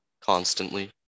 constantly